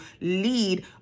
lead